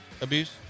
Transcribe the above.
abuse